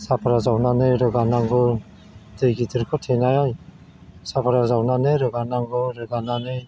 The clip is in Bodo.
साफ्रा जावनानै रोगानांगौ दै गिदिरखो थेनाय साफ्रा जावनानै रोगानांगौ रोगानानै